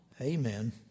Amen